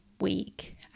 week